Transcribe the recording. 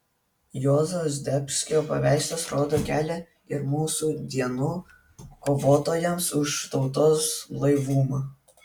juozo zdebskio paveikslas rodo kelią ir mūsų dienų kovotojams už tautos blaivumą